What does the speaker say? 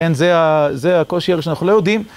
כן, זה הקושי הרי שאנחנו לא יודעים.